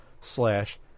slash